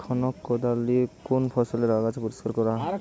খনক কোদাল দিয়ে কোন ফসলের আগাছা পরিষ্কার করা হয়?